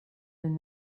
been